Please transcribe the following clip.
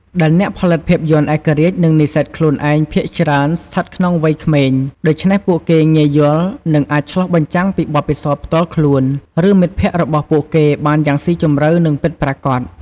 ដែលអ្នកផលិតភាពយន្តឯករាជ្យ និងនិស្សិតខ្លួនឯងភាគច្រើនស្ថិតក្នុងវ័យក្មេង ដូច្នេះពួកគេងាយយល់ និងអាចឆ្លុះបញ្ចាំងពីបទពិសោធន៍ផ្ទាល់ខ្លួន ឬមិត្តភក្តិរបស់ពួកគេបានយ៉ាងស៊ីជម្រៅ និងពិតប្រាកដ។